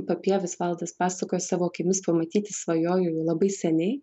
papievis valdas pasakoja savo akimis pamatyti svajojo jau labai seniai